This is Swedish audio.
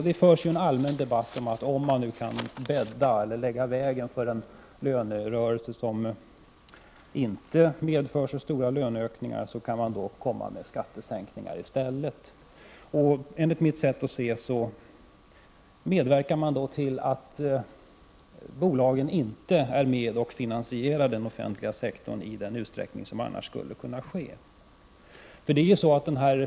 Det förs en allmän debatt om att man, om det nu går att bädda för en lönerörelse som inte medför så stora löneökningar, kan komma med skattesänkningar i stället. Enligt mitt sätt att se medverkar man då till att bolagen inte är med och finansierar den offentliga sektorn i den utsträckning som annars skulle vara möjlig.